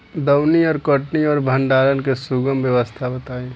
दौनी और कटनी और भंडारण के सुगम व्यवस्था बताई?